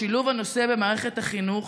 שילוב הנושא במערכת החינוך,